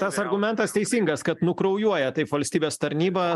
tas argumentas teisingas kad nukraujuoja taip valstybės tarnyba